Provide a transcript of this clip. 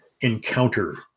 encounter